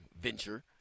venture